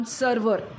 server